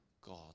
God